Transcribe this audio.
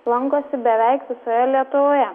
lankosi beveik visoje lietuvoje